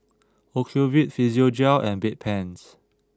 Ocuvite Physiogel and Bedpans